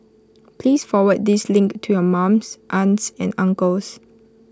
please forward this link to your mums aunts and uncles